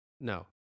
No